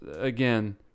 again